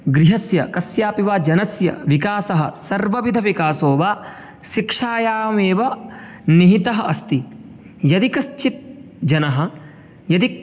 गृहस्य कस्यापि वा जनस्य विकासः सर्वविधविकासो वा शिक्षायामेव निहितः अस्ति यदि कश्चित् जनः यदि